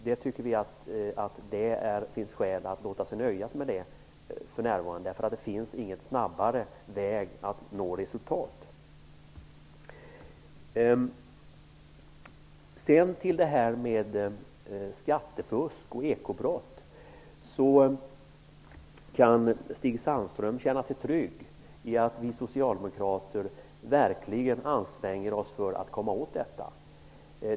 Det finns skäl att låta sig nöjas med det för närvarande, eftersom det inte finns någon snabbare väg att nå resultat. Stig Sandström kan känna sig trygg i att vi socialdemokrater verkligen anstränger oss för att komma åt skattefusk och ekobrott.